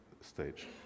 stage